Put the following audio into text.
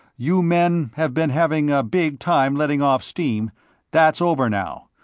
you men have been having a big time letting off steam that's over now.